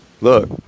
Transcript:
look